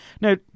Now